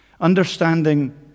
understanding